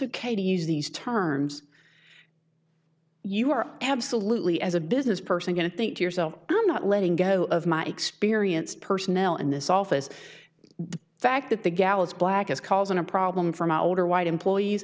ok to use these terms you are absolutely as a business person going to think to yourself i'm not letting go of my experience personal in this office the fact that the gal is black is causing a problem for my older white employees